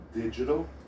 digital